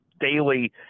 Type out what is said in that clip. daily